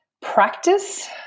practice